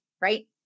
right